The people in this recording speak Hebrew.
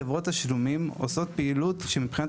חברות תשלומים עושות פעילות שמבחינת